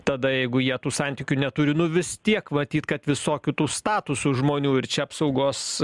tada jeigu jie tų santykių neturi nu vis tiek matyt kad visokių tų statusų žmonių ir čia apsaugos